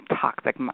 toxic